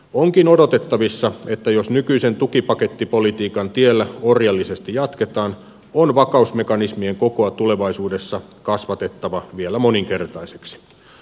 onkin odotettavissa että jos nykyisen tukipakettipolitiikan tiellä orjallisesti jatketaan on vakausmekanismien kokoa tulevaisuudessa kasvatettava vielä moninkertaiseksi